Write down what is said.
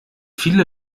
viele